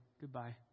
goodbye